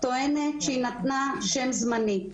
טוענת שהיא נתנה שם זמני,